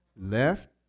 Left